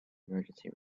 emergency